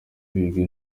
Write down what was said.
ibigwi